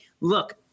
look